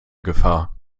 gefahr